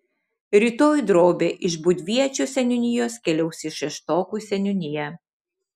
rytoj drobė iš būdviečio seniūnijos keliaus į šeštokų seniūniją